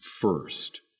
first